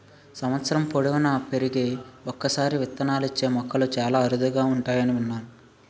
సంవత్సరం పొడువునా పెరిగి ఒక్కసారే విత్తనాలిచ్చే మొక్కలు చాలా అరుదుగా ఉంటాయని విన్నాను